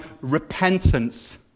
repentance